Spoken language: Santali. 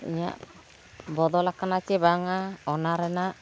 ᱤᱧᱟᱹᱜ ᱵᱚᱫᱚᱞ ᱟᱠᱟᱱᱟ ᱥᱮ ᱵᱟᱝᱟ ᱚᱱᱟ ᱨᱮᱱᱟᱜ